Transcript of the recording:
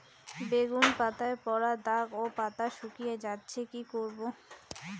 বেগুন পাতায় পড়া দাগ ও পাতা শুকিয়ে যাচ্ছে কি করব?